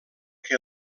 que